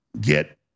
get